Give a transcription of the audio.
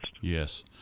yes